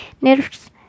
nerves